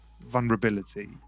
vulnerability